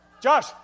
Josh